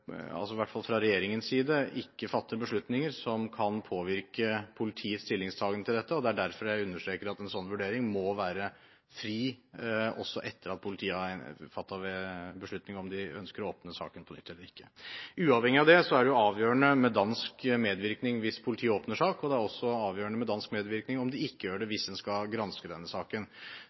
kan påvirke politiets stillingtagen til dette, og det er derfor jeg understreker at en slik vurdering må være fri – også etter at politiet har fattet beslutning om de ønsker å åpne saken på nytt eller ikke. Uavhengig av det er det avgjørende med dansk medvirkning hvis politiet åpner sak, og det er også avgjørende med dansk medvirkning om de ikke gjør det, hvis en skal granske denne saken.